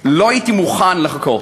לא הייתי מוכן לחכות.